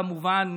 כמובן,